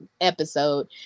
episode